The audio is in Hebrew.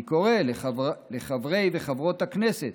אני קורא לחברי וחברות הכנסת